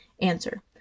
Answer